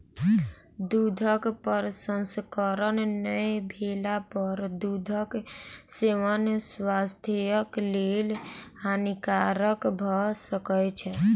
दूधक प्रसंस्करण नै भेला पर दूधक सेवन स्वास्थ्यक लेल हानिकारक भ सकै छै